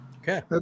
okay